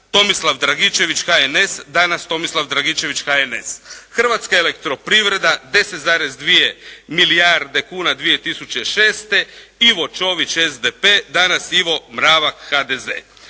Tomislav Dragičević HNS, danas Tomislav Dragičević, HNS. Hrvatska elektroprivreda 10,2 milijarde kuna 2006. Ivo Čović, SDP. Danas Ivo Mravak, HDZ.